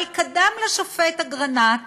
אבל קדם לשופט אגרנט